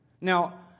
Now